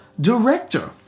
director